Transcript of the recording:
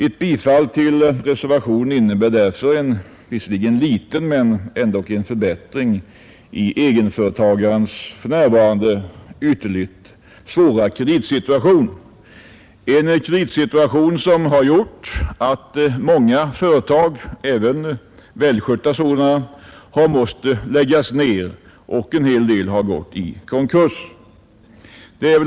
Ett bifall till reservationen innebär därför en liten men ändå förbättring i egenföretagarens för närvarande svåra kreditsituation, en kreditsituation som gjort att många företag — även välskötta sådana — måst läggas ner, och en hel del har gått i konkurs.